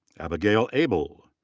abigail abel.